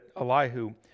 Elihu